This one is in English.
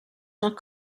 not